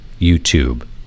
YouTube